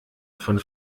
von